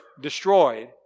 destroyed